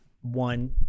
One